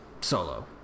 Solo